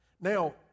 Now